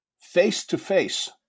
face-to-face